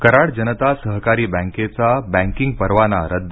कराड जनता सहकारी बॅकेचा बॅंकीग परवाना रद्द